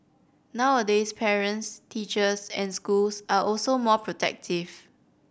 nowadays parents teachers and schools are also more protective